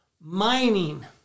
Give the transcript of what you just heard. Mining